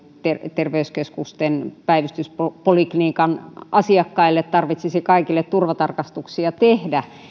terveyskeskusten päivystyspoliklinikan kaikille asiakkaille tarvitsisi turvatarkastuksia tehdä